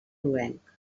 groguenc